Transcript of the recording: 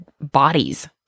bodies